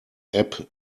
app